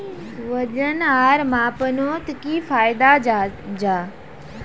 वजन आर मापनोत की फायदा जाहा?